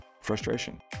frustration